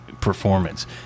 performance